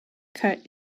cut